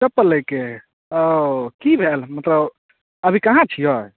चप्पल लैके अइ ओ की भेल मतलब अभी कहाँ छियै